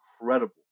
incredible